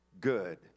good